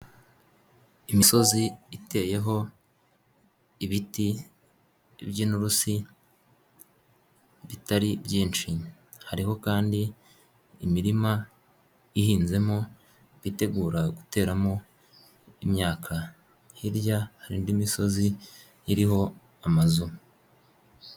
Imisozi iteyeho ibiti by'inturusi bitari byinshi, hariho kandi imirima ihinzemo bitegura guteramo imyaka, hirya hari indi misozi iriho amazu.